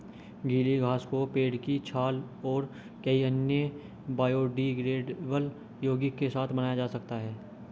गीली घास को पेड़ की छाल और कई अन्य बायोडिग्रेडेबल यौगिक के साथ बनाया जा सकता है